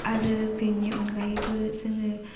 आरो बेनि अनगायैबो जोङो